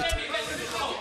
הבעיה היא שאתם הבאתם את החוק.